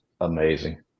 amazing